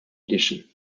edition